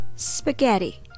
Spaghetti